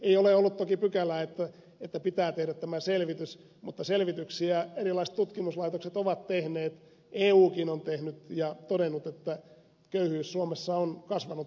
ei ole ollut toki pykälää että pitää tehdä tämä selvitys mutta selvityksiä erilaiset tutkimuslaitokset ovat tehneet eukin on tehnyt ja todennut että köyhyys suomessa on kasvanut huolestuttavasti